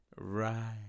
right